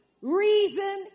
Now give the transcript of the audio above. reason